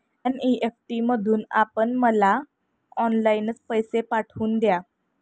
NEFT मधून आपण मला ऑनलाईनच पैसे पाठवून द्या